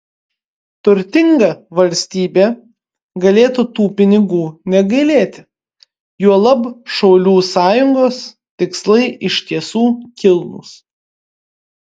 turtinga valstybė galėtų tų pinigų negailėti juolab šaulių sąjungos tikslai iš tiesų kilnūs